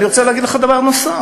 אני רוצה להגיד לך דבר נוסף.